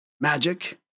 magic